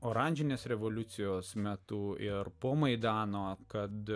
oranžinės revoliucijos metu ir po maidano kad